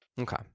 Okay